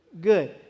Good